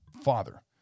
father